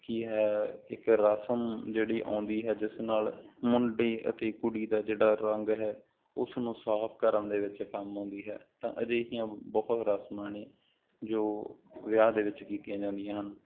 ਕਿ ਹੈ ਇੱਕ ਰਸਮ ਜਿਹੜੀ ਆਉਂਦੀ ਹੈ ਜਿਸ ਨਾਲ ਮੁੰਡੇ ਅਤੇ ਕੁੜੀ ਦਾ ਜਿਹੜਾ ਰੰਗ ਹੈ ਉਸ ਨੂੰ ਸਾਫ਼ ਕਰਨ ਦੇ ਵਿੱਚ ਕੰਮ ਆਉਂਦੀ ਹੈ ਤਾਂ ਅਜਿਹੀਆਂ ਬਹੁਤ ਰਸਮਾਂ ਨੇ ਜੋ ਵਿਆਹ ਦੇ ਵਿੱਚ ਕੀਤੀਆਂ ਜਾਂਦੀਆਂ ਹਨ